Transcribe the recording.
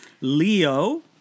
Leo